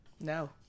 No